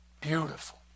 beautiful